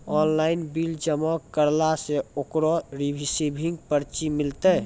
Online bill जमा करला से ओकरौ रिसीव पर्ची मिलतै?